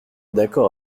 d’accord